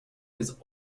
his